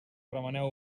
remeneu